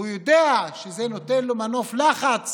והוא יודע שזה נותן לו מנוף לחץ